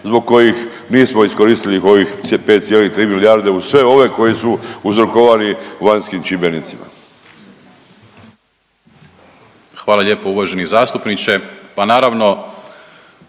zbog kojih nismo iskoristili ovih 5,3 milijarde uz sve ove koji su uzrokovani vanjskim čimbenicima.